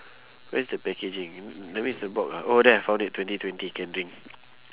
where's the packaging that means is the box ah oh there I found it twenty twenty can drink